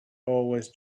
always